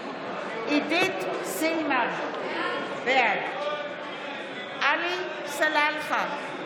עידית סילמן, בעד עלי סלאלחה,